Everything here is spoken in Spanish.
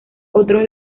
otros